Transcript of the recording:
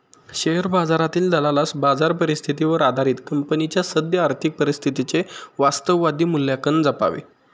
share बाजारातील दलालास बाजार परिस्थितीवर आधारित कंपनीच्या सद्य आर्थिक परिस्थितीचे वास्तववादी मूल्यांकन जमावे